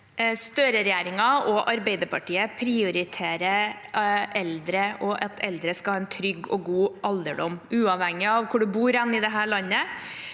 Støre-regjerin- gen og Arbeiderpartiet prioriterer eldre og at eldre skal ha en trygg og god alderdom uavhengig av hvor en bor i dette landet,